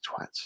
Twats